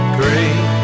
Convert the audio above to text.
great